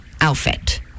outfit